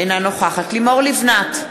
אינה נוכחת לימור לבנת,